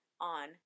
on